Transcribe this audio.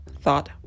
thought